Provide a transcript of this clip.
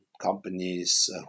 companies